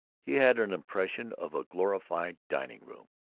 he had an impression of a glorified dining-room,